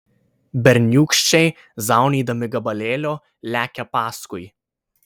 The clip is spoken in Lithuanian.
berniūkščiai zaunydami gabalėlio lekia paskui